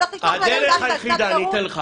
שלא אשלח את הילד שלה למקום כזה.